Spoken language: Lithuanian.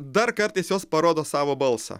dar kartais jos parodo savo balsą